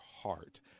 heart